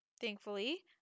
thankfully